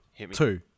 two